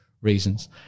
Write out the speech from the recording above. reasons